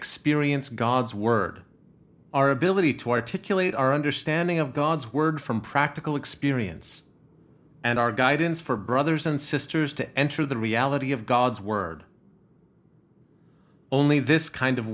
experience god's word our ability to articulate our understanding of god's word from practical experience and our guidance for brothers and sisters to enter the reality of god's word only this kind of